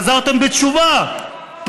חזרתם בתשובה,